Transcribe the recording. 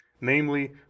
namely